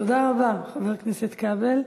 תודה רבה, חבר הכנסת כבל.